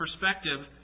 perspective